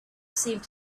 seemed